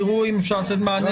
תראו אם אפשר לתת מענה.